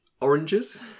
Oranges